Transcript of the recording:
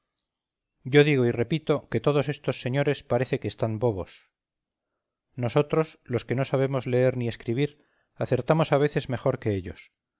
yo digo y repito que todos estos señores parece que están bobos nosotros los que no sabemos leer ni escribir acertamos a veces mejor que ellos